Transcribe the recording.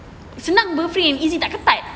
senang bah free and easy